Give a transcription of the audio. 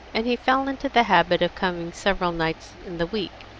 and he fell into the habit of coming several nights in the week,